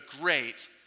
great